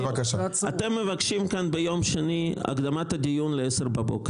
אתם מבקשים כאן ביום שני הקדמת הדיון ל-10:00 בבוקר.